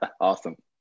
awesome